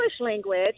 language